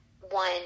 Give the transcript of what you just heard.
one